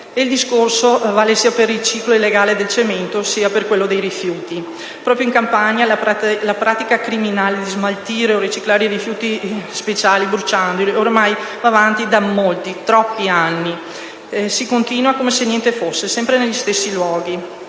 il discorso vale sia per il ciclo illegale del cemento sia per quello dei rifiuti. Proprio in Campania, la pratica criminale di smaltire o riciclare i rifiuti speciali bruciandoli oramai va avanti da molti, troppi anni. Si continua come se niente fosse. Sempre negli stessi luoghi.